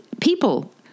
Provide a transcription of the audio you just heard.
people